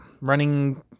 running